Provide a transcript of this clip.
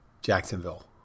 Jacksonville